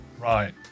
Right